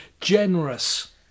generous